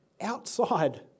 outside